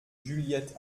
juliette